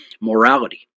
morality